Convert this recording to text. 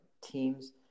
teams